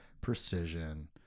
precision